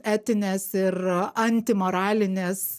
etinės ir anti moralinės